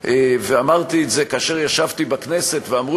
ואמרתי את זה כאשר ישבתי בכנסת ואמרו